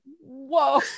Whoa